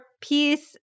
peace